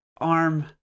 arm